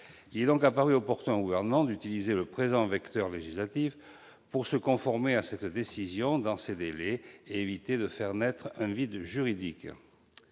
Il est apparu opportun au Gouvernement d'utiliser le présent vecteur législatif pour se conformer à cette décision dans ce délai et éviter ainsi l'apparition d'un vide juridique.